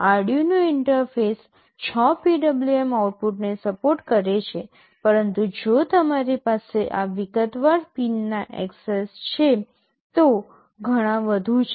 Arduino interface 6 PWM આઉટપુટને support કરે છે પરંતુ જો તમારી પાસે આ વિગતવાર પિનના એક્સેસ છે તો ઘણા વધુ છે